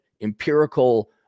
empirical